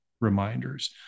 reminders